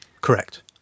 correct